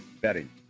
betting